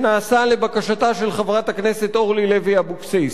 שנעשה לבקשתה של חברת הכנסת אורלי לוי אבקסיס,